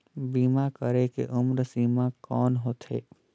बीमा करे के उम्र सीमा कौन होथे?